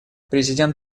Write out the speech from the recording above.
президент